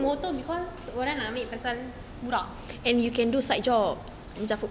I take motor orang nak ambil pasal murah